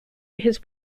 his